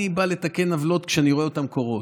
אני בא לתקן עוולות כשאני רואה אותן קורות.